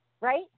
right